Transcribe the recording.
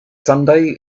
sunday